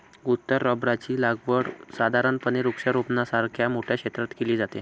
उत्तर रबराची लागवड साधारणपणे वृक्षारोपणासारख्या मोठ्या क्षेत्रात केली जाते